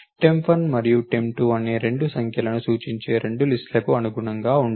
temp 1 temp 2 అనేవి 2 సంఖ్యలను సూచించే 2 లిస్ట్ లకు అనుగుణంగా ఉంటుంది